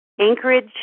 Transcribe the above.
Anchorage